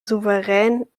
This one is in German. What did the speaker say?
souverän